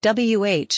WH